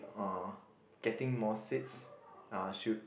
uh getting more seats uh should